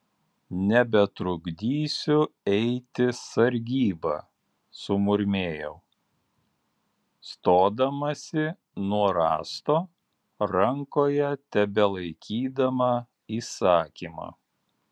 nebetrukdysiu eiti sargybą sumurmėjau stodamasi nuo rąsto rankoje tebelaikydama įsakymą